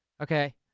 okay